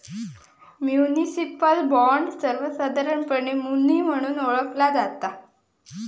municipal bond, सर्वोसधारणपणे muni म्हणून ओळखला जाता